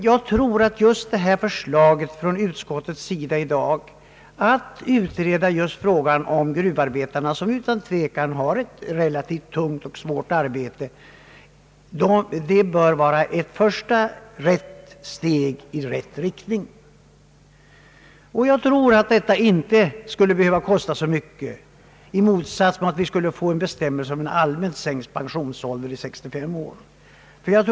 Jag tror att utskottets förslag att utreda just frågan om pensionsålder för gruvarbetarna, som utan tvekan har ett relativt tungt och hårt arbete, bör vara ett första steg i rätt riktning. Jag tror inte att en sådan reform skulle behöva kosta så mycket som införandet av en bestämmelse om en allmänt sänkt pensionsålder från 67 till 65 år.